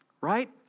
right